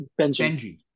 Benji